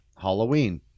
halloween